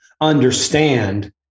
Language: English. understand